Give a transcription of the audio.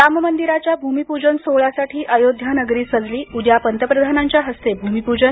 राम मंदिराच्या भूमिपूजन सोहळ्यासाठी अयोध्या नगरी सजली उद्या पंतप्रधानांच्या हस्ते भूमिपूजन